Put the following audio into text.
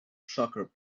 soccer